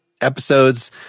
episodes